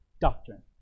Doctrine